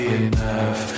enough